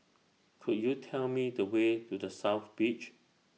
Could YOU Tell Me The Way to The South Beach